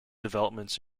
developments